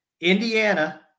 Indiana